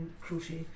crochet